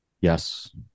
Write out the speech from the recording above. Yes